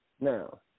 Now